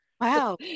Wow